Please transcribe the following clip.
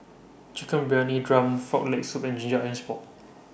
Chicken Briyani Dum Frog Leg Soup and Ginger Onions Pork